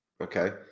Okay